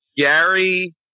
gary